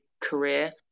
career